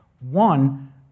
one